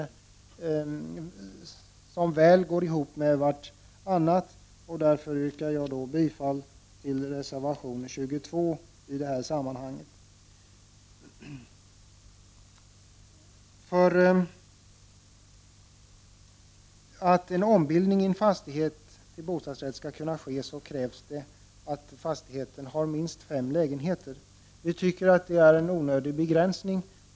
Dessa saker går mycket bra att kombinera. Därför yrkar jag i detta sammanhang bifall till reservation 22. För att en ombildning från hyresrätt till bostadsrätt skall kunna ske i en fastighet krävs det att fastigheten har minst fem lägenheter. Vi i centern anser att det är en onödig begränsning.